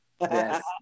yes